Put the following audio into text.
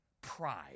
pride